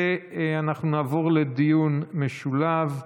ואנחנו נעבור לדיון משולב.